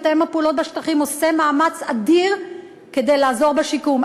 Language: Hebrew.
מתאם הפעולות בשטחים עושה מאמץ אדיר כדי לעזור בשיקום.